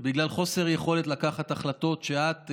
ובגלל חוסר יכולת לקחת החלטות, ואת,